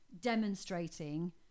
demonstrating